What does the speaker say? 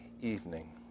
evening